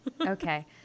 Okay